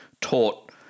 taught